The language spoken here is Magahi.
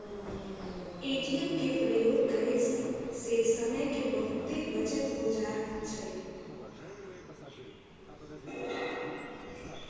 ए.टी.एम के प्रयोग करे से समय के बहुते बचत हो जाइ छइ